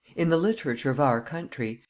in the literature of our country,